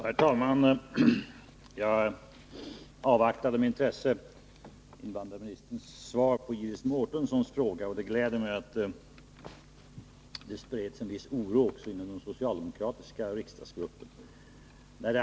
Herr talman! Jag avvaktade med intresse invandrarministerns svar på Iris Mårtenssons fråga. Det gläder mig att det spreds en viss oro även inom den socialdemokratiska riksdagsgruppen.